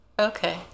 Okay